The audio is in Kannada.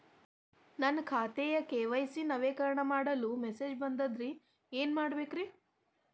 ನನ್ನ ಖಾತೆಯ ಕೆ.ವೈ.ಸಿ ನವೇಕರಣ ಮಾಡಲು ಮೆಸೇಜ್ ಬಂದದ್ರಿ ಏನ್ ಮಾಡ್ಬೇಕ್ರಿ?